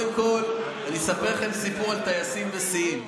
אני אספר לכם סיפור על טייסים ושיאים.